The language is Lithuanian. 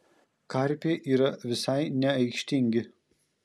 karpiai yra visai neaikštingi